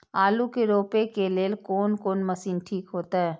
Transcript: आलू के रोपे के लेल कोन कोन मशीन ठीक होते?